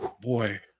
Boy